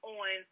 on